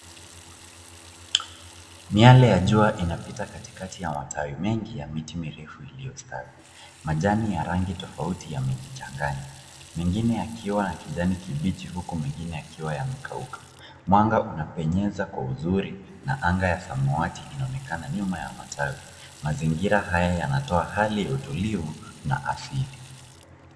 Miale ya jua inapita katikati ya matawi mengi ya miti mirefu iliyostawi. Majani ya rangi tofauti yamejichanganya mengine yakiwa ya kijani kibichi huku mengine yakiwa yamekauka . Mwanga unapenyeza kwa uzuri na anga ya samawati inaonekana nyuma ya matawi. Mazingira haya yanatoa hali ya tulivu na asili.